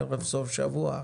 ערב סוף שבוע.